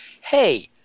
hey